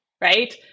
right